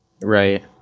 Right